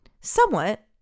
Somewhat